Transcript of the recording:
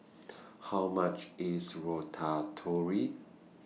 How much IS